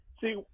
See